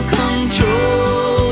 control